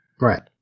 Right